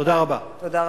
תודה רבה.